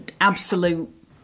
absolute